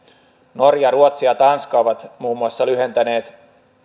norja ruotsi ja tanska ovat muun muassa lyhentäneet